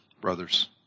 brothers